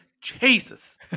Jesus